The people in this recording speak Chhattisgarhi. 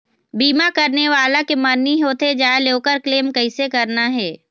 बीमा करने वाला के मरनी होथे जाय ले, ओकर क्लेम कैसे करना हे?